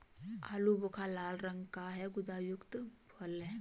आलू बुखारा लाल रंग का गुदायुक्त फल है